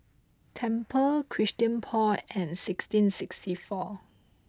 Tempur Christian Paul and sixteen sixty four